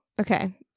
okay